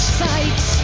sights